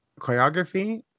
choreography